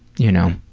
you know,